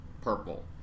purple